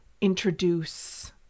introduce